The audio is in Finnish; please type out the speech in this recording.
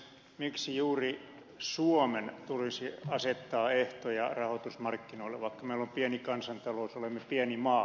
miksi juuri suomen tulisi asettaa ehtoja rahoitusmarkkinoille vaikka meillä on pieni kansantalous olemme pieni maa